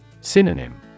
Synonym